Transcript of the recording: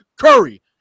curry